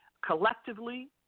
collectively